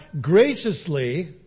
graciously